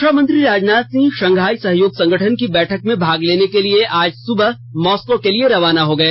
रक्षामंत्री राजनाथ सिंह शंघाई सहयोग संगठन की बैठक में भाग लेने के लिए आज सुबह मॉस्को के लिए रवाना हो गए